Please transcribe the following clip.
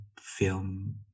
film